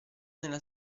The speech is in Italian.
nella